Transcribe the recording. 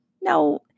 No